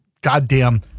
goddamn